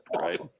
right